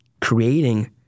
creating